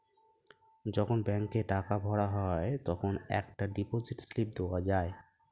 যখন ব্যাংকে টাকা ভরা হয় তখন একটা ডিপোজিট স্লিপ দেওয়া যায়